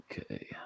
Okay